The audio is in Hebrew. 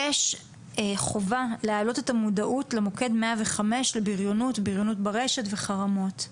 יש חובה להעלות את המודעות למוקד 105 לבריונות ברשת וחרמות.